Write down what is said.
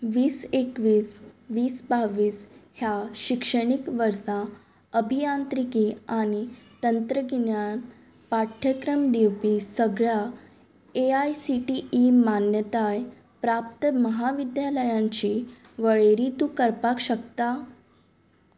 वीस एकवीस वीस बावीस ह्या शिक्षणीक वर्सा अभियांत्रिकी आनी तंत्रगिन्यान पाठ्यक्रम दिवपी सगळ्या एआयसीटीई मान्यताय प्राप्त म्हाविद्यालयांची वळेरी तूं करपाक शकता